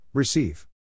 Receive